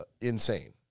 insane